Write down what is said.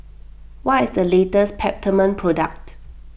what is the latest Peptamen product